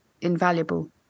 invaluable